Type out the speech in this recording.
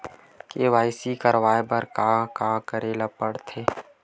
KYC करवाय बर का का करे ल पड़थे?